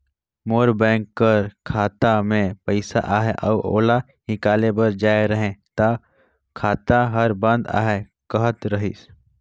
मोर bank कर खाता में पइसा अहे अउ ओला हिंकाले बर जाए रहें ता खाता हर बंद अहे कहत रहिस